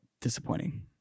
disappointing